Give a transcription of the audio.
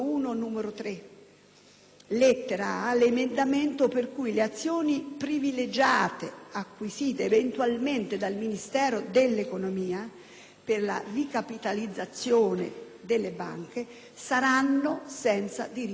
lettera *a**)*, un emendamento per cui le azioni privilegiate, acquisite eventualmente dal Ministero dell'economia e delle finanze, per la ricapitalizzazione delle banche, saranno senza diritto di voto.